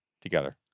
together